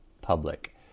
public